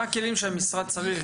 מה הכלים שהמשרד צריך,